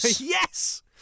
Yes